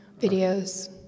videos